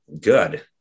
good